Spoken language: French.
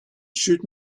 chute